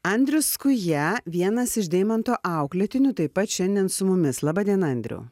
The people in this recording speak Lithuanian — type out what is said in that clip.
andrius skuja vienas iš deimanto auklėtinių taip pat šiandien su mumis laba diena andriau